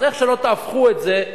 אז איך שלא תהפכו את זה,